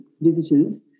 visitors